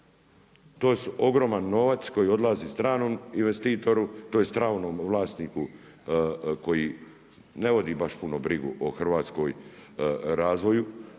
To su ogroman novac koji odlazi stranom investitoru, tj. stranom vlasniku koji ne vodi baš brigu o hrvatskom razvoju,